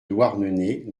douarnenez